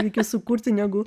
reikės sukurti negu